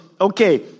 okay